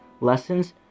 lessons